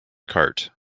cart